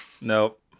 nope